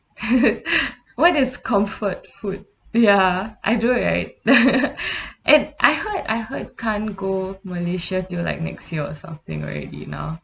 what is comfort food ya I do right and I heard I heard can't go malaysia till like next year or something already now